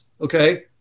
Okay